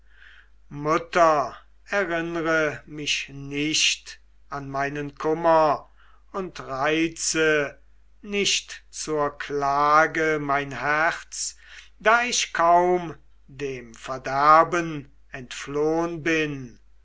mutter erinnre mich nicht an meinen kummer und reize nicht zur klage mein herz da ich kaum dem verderben entflohn bin